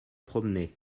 promener